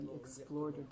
explored